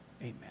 Amen